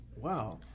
Wow